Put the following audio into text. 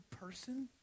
person